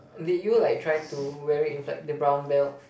did you like try to wear it with like the brown belt